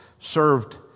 served